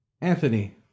Anthony